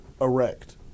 erect